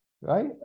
right